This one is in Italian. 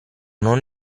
non